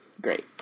Great